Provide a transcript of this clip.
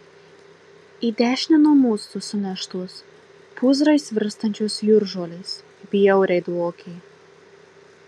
į dešinę nuo mūsų suneštos pūzrais virstančios jūržolės bjauriai dvokė